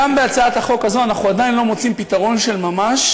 גם בהצעת החוק הזו אנחנו עדיין לא מוצאים פתרון של ממש,